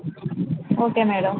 okay madam